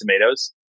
Tomatoes